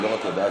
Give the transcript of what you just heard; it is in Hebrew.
זה לא רק הודעה,